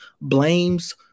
blames